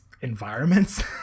environments